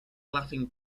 laughing